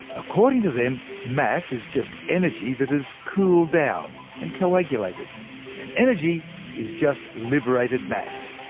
according to them, mass is just energy that has cooled down and coagulated and energy is just liberated mass.